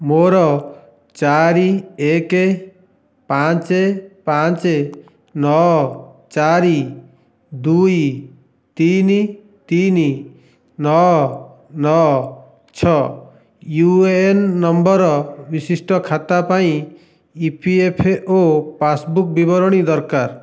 ମୋର ଚାରି ଏକ ପାଞ୍ଚ ପାଞ୍ଚ ନଅ ଚାରି ଦୁଇ ତିନି ତିନି ନଅ ନଅ ଛଅ ୟୁ ଏ ଏନ୍ ନମ୍ବର୍ ବିଶିଷ୍ଟ ଖାତା ପାଇଁ E P F O passbook ବିବରଣୀ ଦରକାର